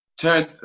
turn